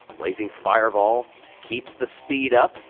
blazing fireball keeps the speed up.